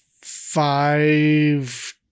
five